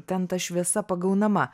ten ta šviesa pagaunama